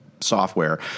software